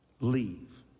leave